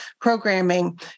programming